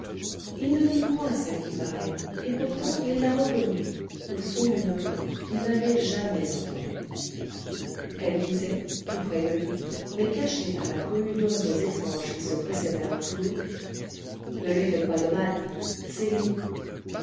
il ne vit point celle qui parlait et pourtant il la reconnut aux sons d'une voix qu'il n'avait jamais entendue elle disait tout près de lui mais cachée par la cohue d'ombres étranges qui se pressaient alentour ne lui faites pas de mal c'est lui